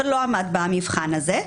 אבל לא עמד במבחן הזה,